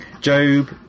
Job